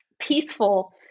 peaceful